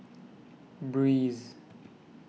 Breeze